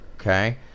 Okay